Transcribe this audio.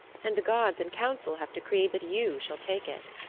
and the gods in council have decreed that you shall take it.